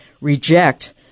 reject